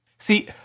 See